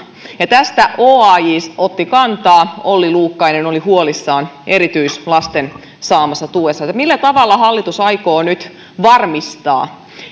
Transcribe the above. tähän oaj otti kantaa olli luukkainen oli huolissaan erityislasten saamasta tuesta millä tavalla hallitus aikoo nyt varmistaa